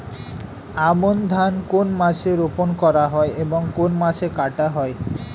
আমন ধান কোন মাসে রোপণ করা হয় এবং কোন মাসে কাটা হয়?